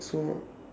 so